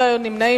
לא היו נמנעים.